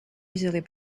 easily